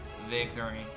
victory